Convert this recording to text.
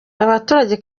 abaturage